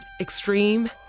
extreme